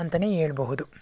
ಅಂತಲೇ ಹೇಳಬಹುದು